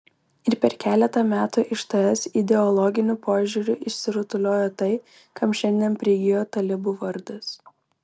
ir per keletą metų iš ts ideologiniu požiūriu išsirutuliojo tai kam šiandien prigijo talibų vardas